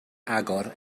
agor